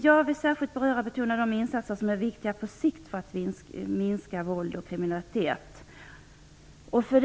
Jag vill särskilt beröra och betona de insatser som är viktiga för att minska våld och kriminalitet på sikt.